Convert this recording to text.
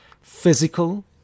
Physical